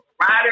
Rider